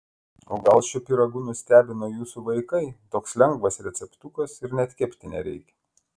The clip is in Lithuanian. o gal šiuo pyragu nustebino jūsų vaikai toks lengvas receptukas ir net kepti nereikia